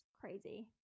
crazy